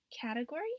category